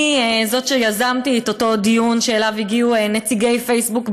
אני זו שיזמה את אותו דיון בכנסת שאליו הגיעו נציגי פייסבוק,